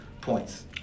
points